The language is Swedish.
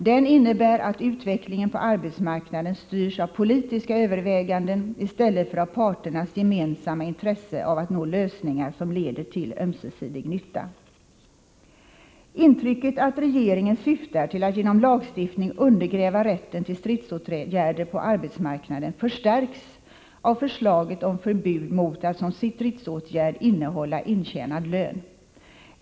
Den innebär att utvecklingen på arbetsmarknaden styrs av politiska överväganden i stället för av parternas gemensamma intresse av att nå lösningar som leder till ömsesidig nytta. Intrycket att regeringen syftar till att genom lagstiftning undergräva rätten till stridsåtgärder på arbetsmarknaden förstärks av förslaget om förbud mot att som stridsåtgärd innehålla intjänad lön.